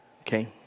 Okay